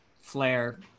flare